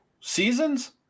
seasons